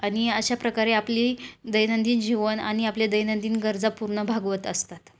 आणि अशा प्रकारे आपली दैनंदिन जीवन आणि आपले दैनंदिन गरजा पूर्ण भागवत असतात